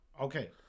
Okay